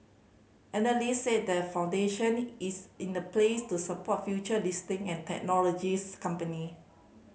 analyst said the foundation is in a place to support future listing and technologies companies